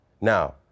Now